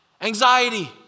Anxiety